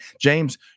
James